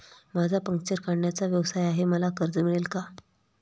माझा पंक्चर काढण्याचा व्यवसाय आहे मला कर्ज मिळेल का?